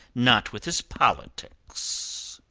not with his politics.